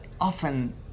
often